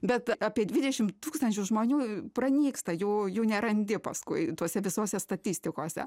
bet apie dvidešimt tūkstančių žmonių pranyksta jau jų nerandi paskui tose visose statistikose